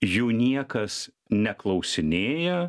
jų niekas neklausinėja